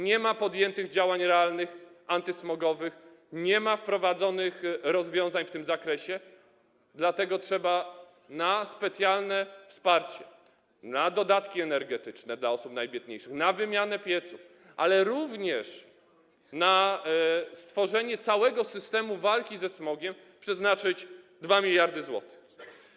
Nie ma podjętych realnych działań antysmogowych, nie ma wprowadzonych rozwiązań w tym zakresie, dlatego trzeba na specjalne wsparcie w tym zakresie, na dodatki energetyczne dla osób najbiedniejszych, na wymianę pieców, ale również na stworzenie całego systemu walki ze smogiem przeznaczyć 2 mld zł.